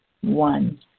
One